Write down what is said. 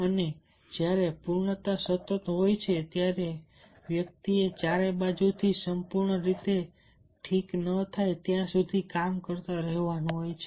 અને જ્યારે પૂર્ણતા સતત હોય ત્યારે વ્યક્તિએ ચારે બાજુથી સંપૂર્ણ રીતે ઠીક ન થાય ત્યાં સુધી કામ કરતા રહેવાનું હોય છે